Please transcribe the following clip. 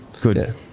good